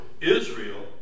Israel